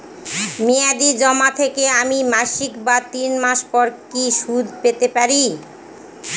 মেয়াদী জমা থেকে আমি মাসিক বা তিন মাস পর কি সুদ পেতে পারি?